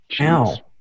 Ow